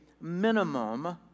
minimum